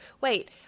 Wait